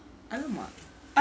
!alamak!